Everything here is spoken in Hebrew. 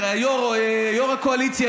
יו"ר הקואליציה,